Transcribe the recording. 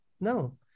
no